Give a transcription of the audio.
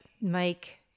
make